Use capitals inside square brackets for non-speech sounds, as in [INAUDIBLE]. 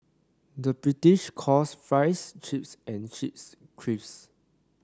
the British calls fries chips and chips [UNINTELLIGIBLE]